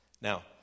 Now